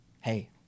Hey